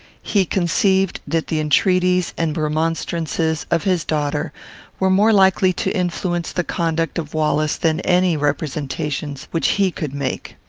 he conceived that the entreaties and remonstrances of his daughter were more likely to influence the conduct of wallace than any representations which he could make.